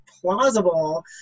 plausible